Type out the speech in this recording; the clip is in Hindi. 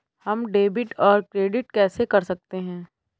हम डेबिटऔर क्रेडिट कैसे कर सकते हैं?